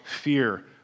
fear